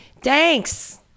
thanks